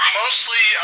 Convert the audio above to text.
mostly